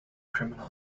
criminal